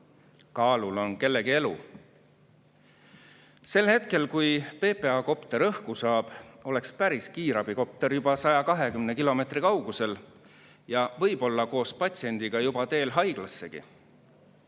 Kaalul on kellegi elu. Sel hetkel, kui PPA kopter õhku saab, oleks päris kiirabikopter juba 120 kilomeetri kaugusel ja võib-olla koos patsiendiga juba teel haiglassegi.